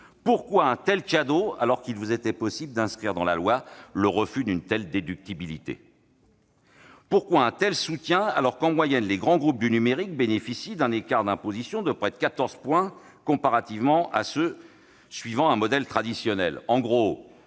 pourquoi un tel cadeau, alors qu'il était possible d'inscrire dans la loi l'impossibilité d'une telle déductibilité ? Pourquoi un tel soutien, alors que, en moyenne, les grands groupes du numérique bénéficient d'un écart d'imposition de près de quatorze points par rapport aux entreprises suivant un modèle traditionnel ?